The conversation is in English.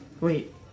Wait